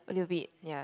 a little bit ya